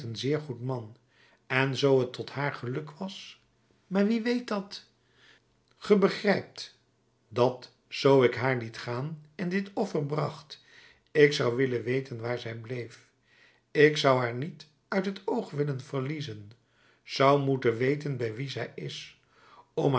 een zeer goed man en zoo het tot haar geluk was maar wie weet dat ge begrijpt dat zoo ik haar liet gaan en dit offer bracht ik zou willen weten waar zij bleef ik zou haar niet uit het oog willen verliezen zou moeten weten bij wien zij is